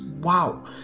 Wow